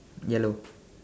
yellow